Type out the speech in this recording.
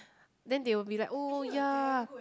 then they will be like oh ya